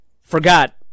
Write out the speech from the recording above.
forgot